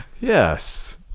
Yes